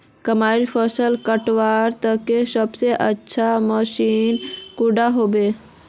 मकईर फसल कटवार केते सबसे अच्छा मशीन कुंडा होबे?